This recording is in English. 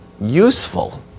useful